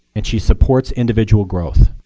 and she supports individual growth,